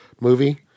movie